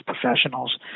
professionals